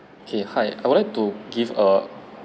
K hi I would like to give a